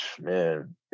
man